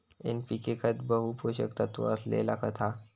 NPK खत बहु पोषक तत्त्व असलेला खत हा